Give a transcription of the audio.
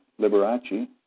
Liberace